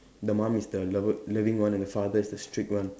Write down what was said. the mum is the lover loving one and the father is the strict one